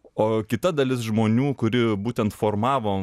o kita dalis žmonių kuri būtent formavo